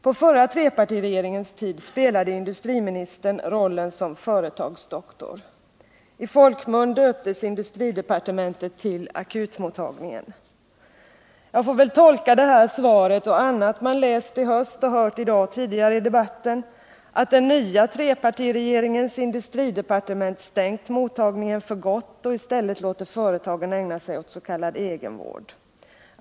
På förra trepartiregeringens tid spelade industriministern rollen som företagsdoktor, och i folkmun döptes industridepartementet till ”akutmottagningen”. Jag får väl tolka det här svaret och annat man läst i höst och hört i debatten i dag så, att den nya trepartiregeringens industridepartement stängt mottagningen för gott och i stället låter företagen ägna sig åt s.k. egenvård.